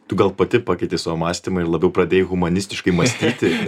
tu gal pati pakeitei savo mąstymą ir labiau pradėjai humanistikai mąstyti